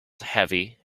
heavy